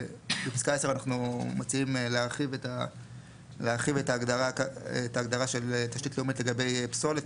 בפסקה 10 אנחנו מציעים להרחיב את ההגדרה של תשתית לאומית לגבי פסולת,